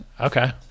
Okay